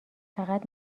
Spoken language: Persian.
فقط